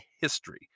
history